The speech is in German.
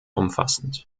umfassend